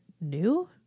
new